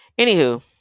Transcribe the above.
Anywho